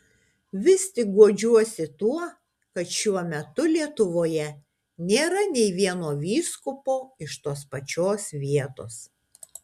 vis tik guodžiuosi tuo kad šiuo metu lietuvoje nėra nė vieno vyskupo iš tos pačios vietos